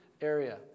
area